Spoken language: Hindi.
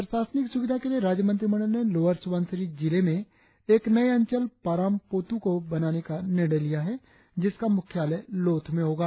प्रशासनिक सुविधा के लिए राज्यमंत्रिमंडल ने लोअर सुबनसिरी जिले में एक नए अंचल पारामपुतु को बनाने का निर्णय लिया है जिसका मुख्यालय लोथ में होगा